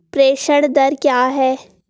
प्रेषण दर क्या है?